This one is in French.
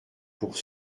pour